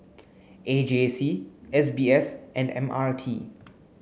A J C S B S and M R T